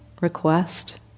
request